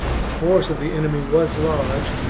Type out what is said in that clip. the force of the enemy was large,